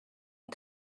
and